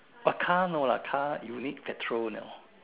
oh car no lah car you need petrol you know